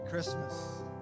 Christmas